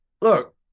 look